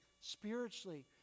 spiritually